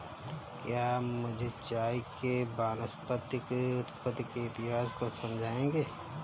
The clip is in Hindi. क्या आप मुझे चाय के वानस्पतिक उत्पत्ति के इतिहास को समझाएंगे?